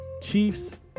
Chiefs